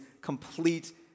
complete